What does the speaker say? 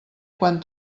quan